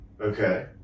Okay